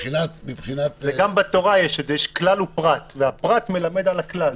גם בתורה יש כלל ופרט, והפרט מלמד על הכלל.